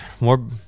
more